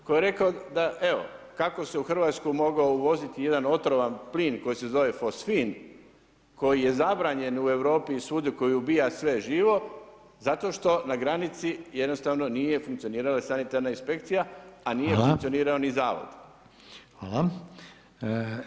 Koji je rekao da evo kako se u hrvatsku mogao uvoziti jedan otrovan plin koji se zove fosfin koji je zabranjen u Europi i svugdje koji ubija sve živo zato što na granici jednostavno nije funkcionirala sanitarna inspekcija, a nije funkcionirao ni Zavod.